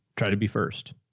try to be first.